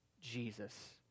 Jesus